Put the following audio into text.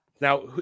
Now